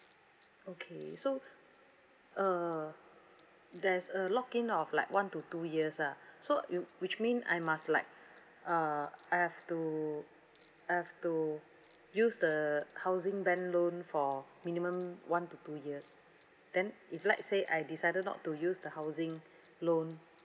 okay so uh there's a lock-in of like one to two years ah so you which mean I must like uh I have to I have to use the housing bank loan for minimum one to two years then if let's say I decided not to use the housing loan